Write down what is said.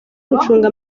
gucunga